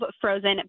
frozen